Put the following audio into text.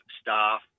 staff